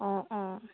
অ অ